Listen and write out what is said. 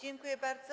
Dziękuję bardzo.